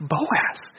Boaz